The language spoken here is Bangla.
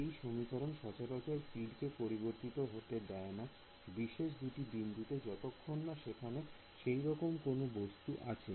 এই সমীকরণ সচরাচর ফিল্ড কে পরিবর্তিত হতে দেয় না বিশেষ দুটি বিন্দুতে যতক্ষণে না সেখানে সেরকম কোন বস্তু আছে